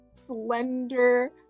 slender